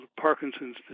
Parkinson's